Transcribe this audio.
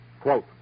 Quote